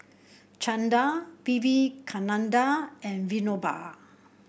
Chanda Vivekananda and Vinoba